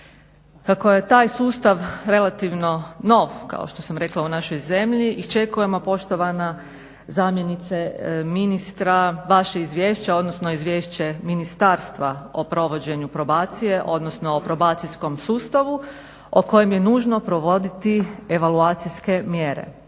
Kako je taj sustav relativno nov kao što sam rekla u našoj zemlji iščekujemo poštovana zamjenice ministra vaše izvješće, odnosno izvješće ministarstva o provođenju probacije odnosno o probacijskom sustavu o kojem je nužno provoditi evaluacijske mjere.